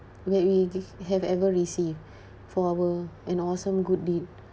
that we have ever received for our an awesome good deed